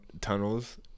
tunnels